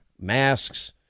masks